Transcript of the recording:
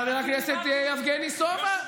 אז הינה, אני אתן לך, חבר הכנסת יבגני סובה.